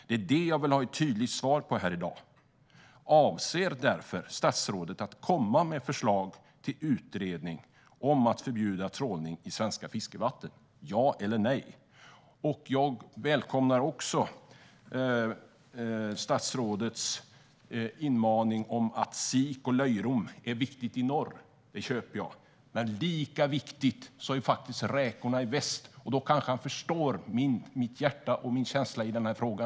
Det är detta jag vill ha ett tydligt svar på i dag: Avser statsrådet att komma med förslag om utredning om att förbjuda trålning i svenska fiskevatten - ja eller nej? Jag välkomnar statsrådets inlägg om att sik och löjrom är viktigt i norr. Det köper jag. Men lika viktigt är det faktiskt med räkorna i väst. Då kanske statsrådet förstår mitt hjärta och min känsla i denna fråga.